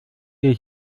ihr